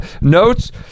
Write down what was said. notes